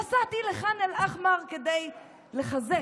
נסעתי לח'אן אל-אחמר כדי לחזק,